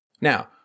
Now